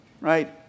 right